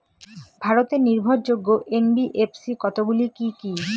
ভারতের নির্ভরযোগ্য এন.বি.এফ.সি কতগুলি কি কি?